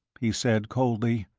he said, coldly.